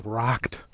rocked